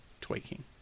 tweaking